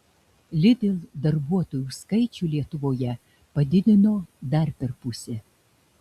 lidl darbuotojų skaičių lietuvoje padidino dar per pusę